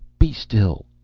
be still.